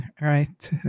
right